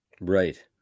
Right